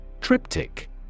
Triptych